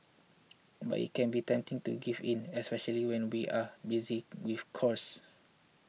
but it can be tempting to give in especially when we are busy with chores